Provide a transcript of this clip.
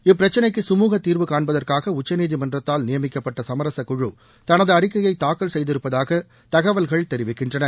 இப்பிரச்னைக்கு கமுக தீர்வு காண்பதற்காக உச்சநீதிமன்றத்தால் நியமிக்கப்பட்ட சமரச குழு தனது அறிக்கையை தாக்கல் செய்திருப்பதாக தகவல்கள் தெரிவிக்கின்றன